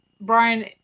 Brian